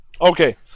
Okay